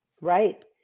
right